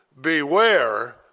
beware